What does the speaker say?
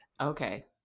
Okay